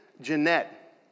Jeanette